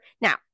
Now